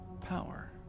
power